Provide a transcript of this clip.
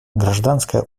гражданское